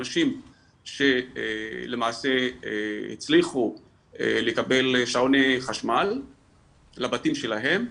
אנשים שלמעשה הצליחו לקבל שעוני חשמל לבתים שלהם,